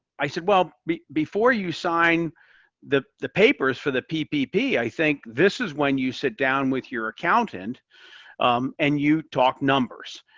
i said, well before you sign the the papers for the ppp, i think this is when you sit down with your accountant and you talk numbers.